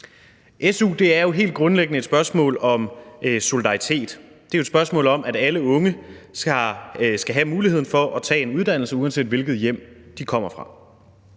Su er jo helt grundlæggende et spørgsmål om solidaritet. Det er et spørgsmål om, at alle unge skal have muligheden for at tage en uddannelse, uanset hvilket hjem de kommer fra.